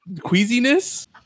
queasiness